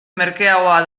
merkeagoa